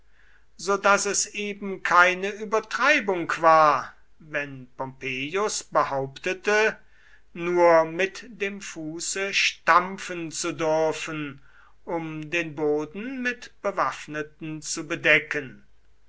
so daß es eben keine übertreibung war wenn pompeius behauptete nur mit dem fuße stampfen zu dürfen um den boden mit bewaffneten zu bedecken